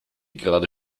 gerade